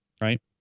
Right